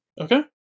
Okay